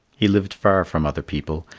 he lived far from other people,